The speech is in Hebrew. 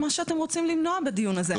מה שאתם רוצים למנוע בדיון הזה.